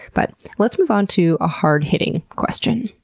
but let's move on to a hard-hitting question.